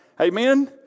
Amen